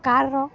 car